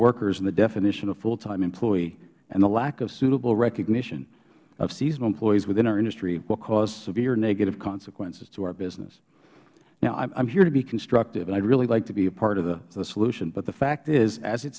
workers and the definition of full time employee and the lack of suitable recognition of seasonal employees within our industry will cause severe negative consequences to our business now i am here to be constructive and i would really like to be a part of the solution but the fact is as it